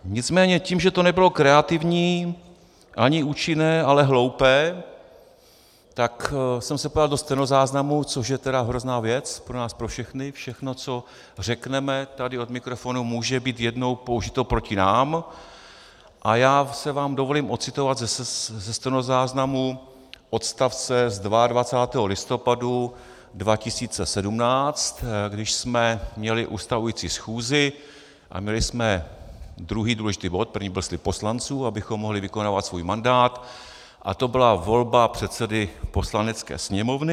Nicméně tím, že to nebylo kreativní ani účinné, ale hloupé, tak jsem se podíval do stenozáznamu, což je tedy hrozná věc pro nás pro všechny, všechno, co řekneme tady od mikrofonu, může být jednou použito proti nám, a já si dovolím vám odcitovat ze stenozáznamu odstavce z 22. listopadu 2017, když jsme měli ustavující schůzi a měli jsme druhý důležitý bod, prvním byl slib poslanců, abychom mohli vykonávat svůj mandát, a to byla volba předsedy Poslanecké sněmovny.